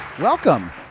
Welcome